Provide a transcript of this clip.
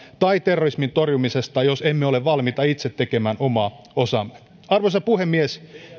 tai terrorismin torjumisesta jos emme ole valmiita itse tekemään omaa osaamme arvoisa puhemies